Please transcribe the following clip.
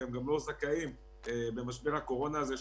הם גם לא זכאים במשבר הקורונה הזה,